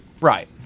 Right